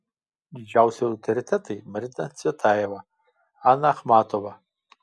didžiausi autoritetai marina cvetajeva ana achmatova